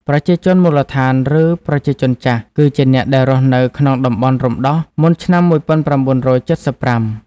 ប្រជាជនមូលដ្ឋាន ឬ "ប្រជាជនចាស់" គឺជាអ្នកដែលរស់នៅក្នុងតំបន់រំដោះមុនឆ្នាំ ១៩៧៥។